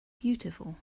beautiful